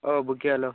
ഓഹ് book ചെയ്യാമല്ലോ